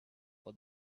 for